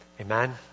amen